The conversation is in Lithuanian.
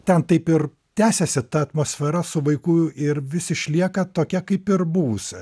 ten taip ir tęsiasi ta atmosfera su vaiku ir vis išlieka tokia kaip ir buvusi